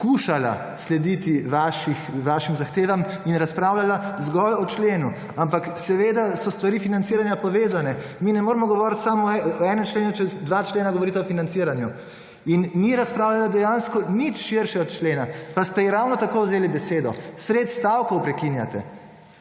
skušala slediti vašim zahtevam in razpravljala zgolj o členu, ampak seveda so stvari financiranja povezane, mi ne moremo govoriti samo o enem členu, če dva člena govorita o financiranju. In ni razpravljala dejansko nič širše od člena, pa ste ji ravno tako vzeli besedo, sredi stavkov prekinjate.